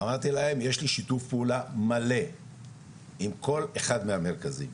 יש לי שיתוף פעולה מלא עם כל אחד מהמרכזים.